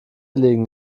liegen